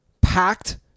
Packed